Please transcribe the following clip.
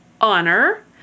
honor